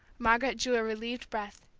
margaret drew a relieved breath.